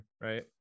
right